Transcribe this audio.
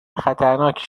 خطرناکی